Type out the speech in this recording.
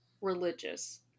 religious